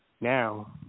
Now